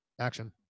action